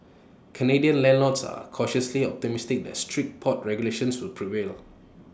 Canadian landlords are cautiously optimistic that strict pot regulations will prevail